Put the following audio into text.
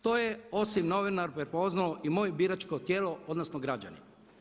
To je … [[Ne razumije se.]] prepoznalo i moje biračko tijelo odnosno građani.